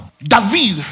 David